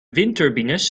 windturbines